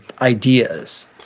ideas